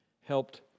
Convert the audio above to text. helped